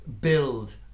build